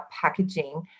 packaging